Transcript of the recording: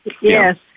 Yes